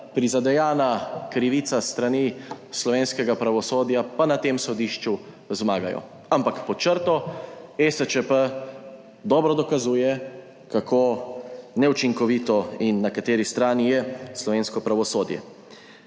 prizadejana krivica s strani slovenskega pravosodja, pa na tem sodišču zmagajo. Ampak pod črto ESČP dobro dokazuje, kako neučinkovito in na kateri strani je slovensko pravosodje.